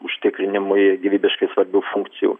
užtikrinimui gyvybiškai svarbių funkcijų